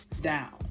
down